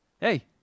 Hey